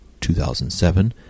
2007